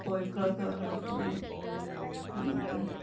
കോഴിക്കളൊക്കെ വളർത്തുമ്പോൾ നമുക്ക്